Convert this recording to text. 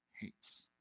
hates